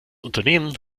unternehmen